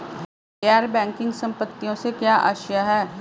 गैर बैंकिंग संपत्तियों से क्या आशय है?